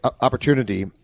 opportunity